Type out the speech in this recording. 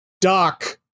Doc